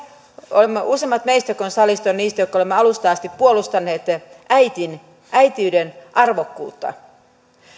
useimmat meistä jotka olemme salissa olemme niitä jotka ovat alusta asti puolustaneet äitiyden arvokkuutta